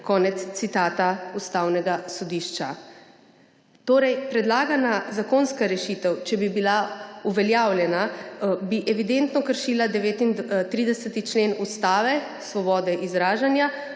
Konec citata Ustavnega sodišča. Torej bi predlagana zakonska rešitev, če bi bila uveljavljena, evidentno kršila 39. člen Ustave, svoboda izražanja,